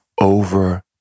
over